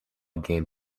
game